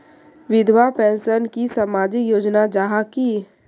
विधवा पेंशन की सामाजिक योजना जाहा की?